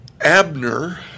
Abner